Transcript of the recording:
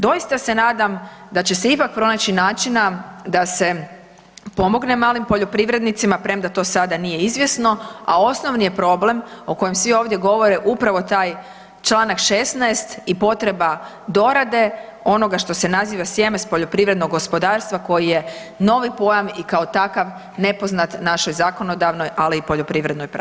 Doista se nadam da će se ipak pronaći načina da se pomogne malim poljoprivrednicima, premda to sada nije izvjesno, a osnovni je problem o kojem svi ovdje govore upravo taj čl. 16. i potreba dorade onoga što se naziva sjeme s poljoprivrednog gospodarstva koji je novi pojam i kao takav nepoznat našoj zakonodavnoj, ali i poljoprivrednoj praksi.